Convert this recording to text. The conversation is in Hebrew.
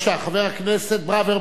חבר הכנסת ברוורמן,